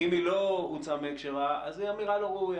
-- אבל אם היא לא הוצאה מהקשרה אז היא אמירה לא ראויה.